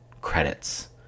credits